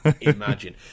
Imagine